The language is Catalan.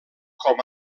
com